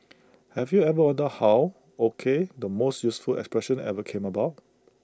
have you ever wondered how O K the most useful expression ever came about